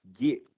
get